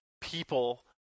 people